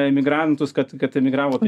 emigrantus kad kad emigravo